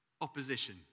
opposition